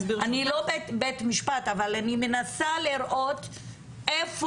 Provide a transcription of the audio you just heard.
אני לא בית משפט, אבל אני מנסה לראות איפה